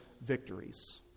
victories